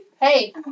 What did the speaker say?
Hey